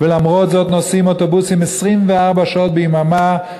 ולמרות זאת נוסעים אוטובוסים 24 שעות ביממה,